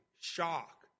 shock